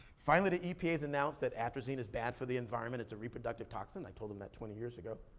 finally the epa has announced that atrazine is bad for the environment, it's a reproductive toxin. i told them that twenty years ago.